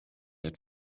had